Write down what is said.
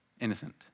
innocent